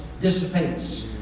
dissipates